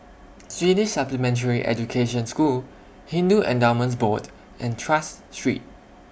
Swedish Supplementary Education School Hindu Endowments Board and Tras Street